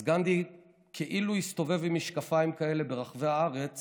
אז גנדי כאילו הסתובב עם משקפיים כאלה ברחבי הארץ